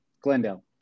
Glendale